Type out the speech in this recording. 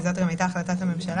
וזאת גם הייתה החלטת הממשלה,